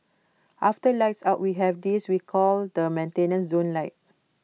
after lights out we have this we call the maintenance zone light